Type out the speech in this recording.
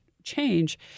change